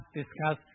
discuss